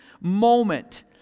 moment